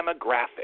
demographic